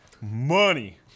Money